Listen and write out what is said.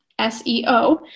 SEO